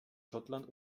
schottland